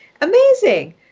amazing